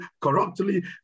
corruptly